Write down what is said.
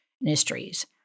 industries